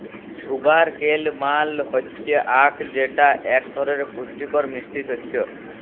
sugar কেল মাল হচ্যে আখ যেটা এক ধরলের পুষ্টিকর মিষ্টি শস্য